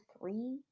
three